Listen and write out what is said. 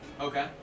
Okay